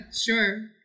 sure